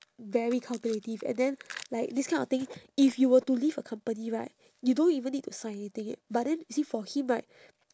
very calculative and then like this kind of thing if you were to leave a company right you don't even need to sign anything eh but then you see for him right